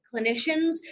clinicians